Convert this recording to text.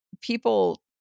people